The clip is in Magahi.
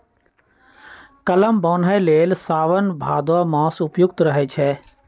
कलम बान्हे लेल साओन भादो मास उपयुक्त रहै छै